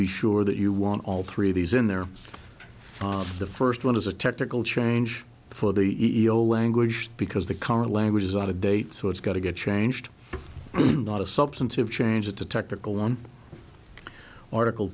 be sure that you want all three of these in there the first one is a technical change for the e o language because the current language is out of date so it's got to get changed not a substantive change a technical one article